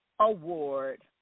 Award